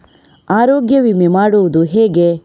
ಆರೋಗ್ಯ ವಿಮೆ ಮಾಡುವುದು ಹೇಗೆ?